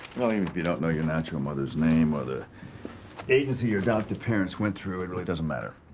well, even if you don't know your natural mother's name or the agency your adoptive parents went through, it really doesn't matter.